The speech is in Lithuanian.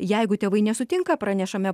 jeigu tėvai nesutinka pranešame